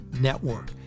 Network